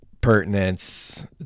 pertinence